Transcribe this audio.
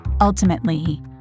Ultimately